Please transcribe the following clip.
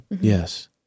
yes